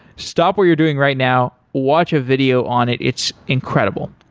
stop what you're doing right now, watch a video on it. it's incredible.